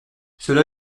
cela